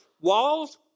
Walls